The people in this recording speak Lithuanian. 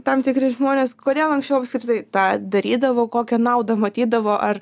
tam tikri žmonės kodėl anksčiau apskritai tą darydavo kokią naudą matydavo ar